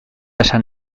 esan